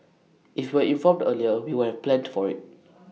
if we informed earlier we would planned for IT